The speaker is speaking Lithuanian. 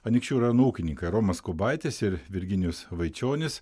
anykščių rajono ūkininkai romas kubaitis ir virginijus vaičionis